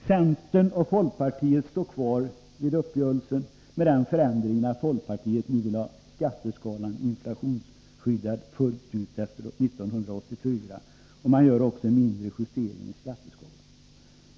Centern och folkpartiet står kvar vid uppgörelsen med den förändringen att folkpartiet nu vill ha skatteskalan inflationsskyddad fullt ut efter 1984, och man vill också göra en mindre justering i skatteskalan.